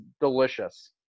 delicious